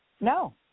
No